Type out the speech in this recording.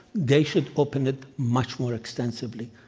they should open it much more extensively.